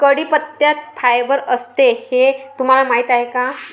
कढीपत्त्यात फायबर असते हे तुम्हाला माहीत आहे का?